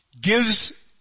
gives